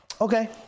okay